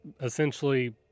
essentially